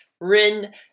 Rin